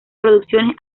producciones